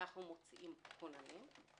מתי אנחנו מוציאים כוננים.